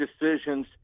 decisions